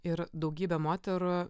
ir daugybė moterų